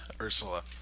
Ursula